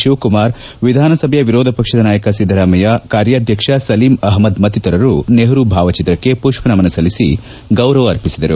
ಶಿವಕುಮಾರ್ ವಿಧಾನಸಭೆಯ ವಿರೋಧ ಪಕ್ಷದ ನಾಯಕ ಸಿದ್ದರಾಮಯ್ಯ ಕಾರ್ಯಾಧ್ಯಕ್ಷ ಸಲೀಂ ಅಹ್ಮದ್ ಮತ್ತಿತರರು ನೆಹರೂ ಭಾವಚಿತ್ರಕ್ಕೆ ಪುಷ್ಪ ನಮನ ಸಲ್ಲಿಸಿ ಗೌರವ ಅರ್ಪಿಸಿದರು